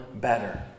better